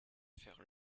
faire